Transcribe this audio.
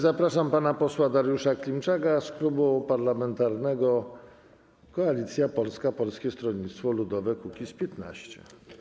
Zapraszam pana posła Dariusza Klimczaka z Klubu Parlamentarnego Koalicja Polska - Polskie Stronnictwo Ludowe - Kukiz15.